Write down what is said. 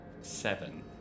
seven